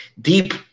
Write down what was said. deep